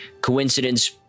coincidence